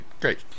great